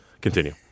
Continue